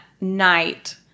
night